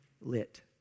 lit